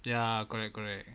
ya correct correct